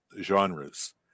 genres